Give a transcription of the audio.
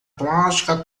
plástica